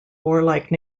warlike